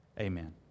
Amen